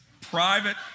private